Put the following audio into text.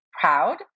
proud